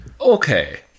Okay